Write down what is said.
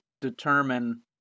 determine